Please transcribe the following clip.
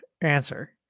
answer